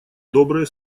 добрые